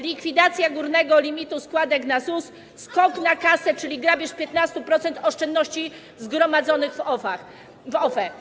Likwidacja górnego limitu składek na ZUS, skok na kasę, czyli grabież 15% oszczędności zgromadzonych w OFE.